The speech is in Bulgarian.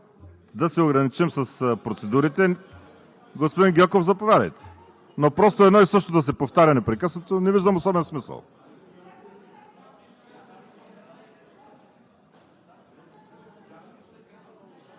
да се ограничим с процедурите. Господин Гьоков, заповядайте, но просто едно и също да се повтаря непрекъснато – не виждам особен смисъл.